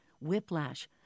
whiplash